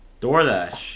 DoorDash